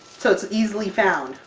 so it's easily found!